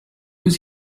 was